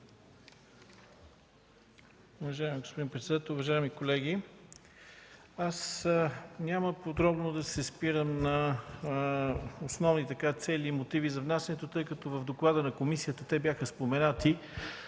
Уважаеми господин председател, уважаеми колеги! Аз няма подробно да се спирам на основните цели и мотиви за внасянето, тъй като в доклада на комисията те бяха споменати,